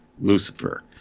Lucifer